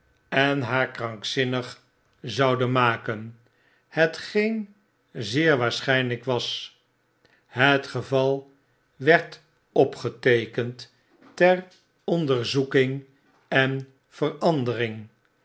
en haar krankzinnig zouden maken hetgeeo zeer waarachtinlflk was het geval werd opgeteekend ter onderzoeking en verandering